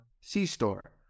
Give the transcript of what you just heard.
C-Store